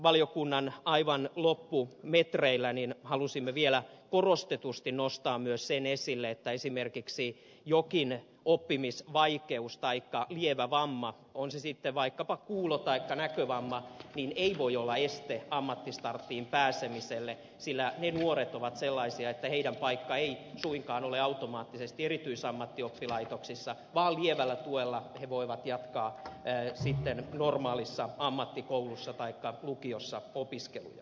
valiokuntakäsittelyn aivan loppumetreillä halusimme vielä korostetusti nostaa myös sen esille että esimerkiksi jokin oppimisvaikeus taikka lievä vamma on se sitten vaikkapa kuulo taikka näkövamma ei voi olla este ammattistarttiin pääsemiselle sillä ne nuoret ovat sellaisia että heidän paikkansa ei suinkaan ole automaattisesti erityisammattioppilaitoksissa vaan lievällä tuella he voivat jatkaa normaalissa ammattikoulussa taikka lukiossa opiskelujaan